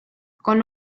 con